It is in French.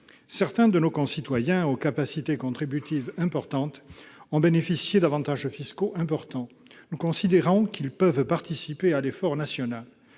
Certains de nos concitoyens aux capacités contributives importantes ont bénéficié d'avantages fiscaux importants ; nous considérons qu'ils peuvent participer à l'effort national.